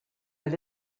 elle